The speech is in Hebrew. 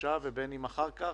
עכשיו ובין אם אחר כך.